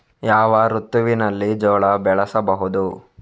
ಯಾವ ಋತುವಿನಲ್ಲಿ ಜೋಳ ಬೆಳೆಸಬಹುದು?